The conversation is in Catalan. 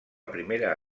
primera